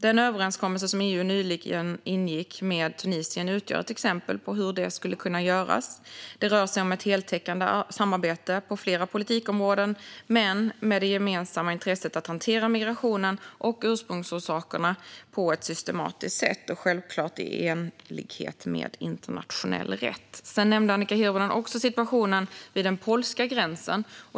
Den överenskommelse som EU nyligen ingick med Tunisien utgör ett exempel på hur det skulle kunna göras. Det rör sig om ett heltäckande samarbete på flera politikområden med det gemensamma intresset att hantera migrationen och ursprungsorsakerna på ett systematiskt sätt - självklart i enlighet med internationell rätt. Annika Hirvonen nämnde också situationen vid den polska gränsen.